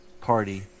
party